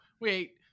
wait